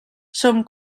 són